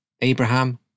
Abraham